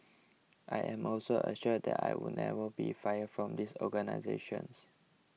I am also assured that I would never be fired from this organisations